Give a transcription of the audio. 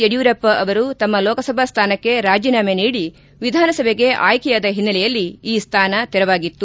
ಯಡಿಯೂರಪ್ಪ ಅವರು ತಮ್ಮ ಲೋಕಸಭಾ ಸ್ಥಾನಕ್ಕೆ ರಾಜೀನಾಮ ನೀಡಿ ವಿಧಾನಸಭೆಗೆ ಆಯ್ಕೆಯಾದ ಹಿನ್ನೆಲೆಯಲ್ಲಿ ಈ ಸ್ಥಾನ ತೆರವಾಗಿತ್ತು